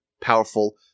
powerful